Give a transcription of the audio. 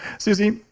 suzy,